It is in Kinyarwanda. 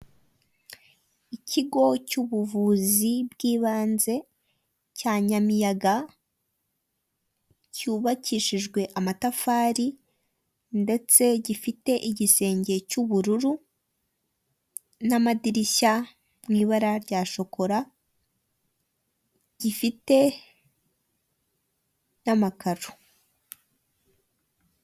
Inzu y'ubucuruzi bw'ibarizo aho babaza intebe mu bwoko bw'imbaho utumeza n'intebe zibajwe ziriho n'imyenda hari umuhanda wegeranye n'iyo nzu uwo muhanda uriho ikinyabiziga cya moto.